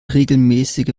regelmäßige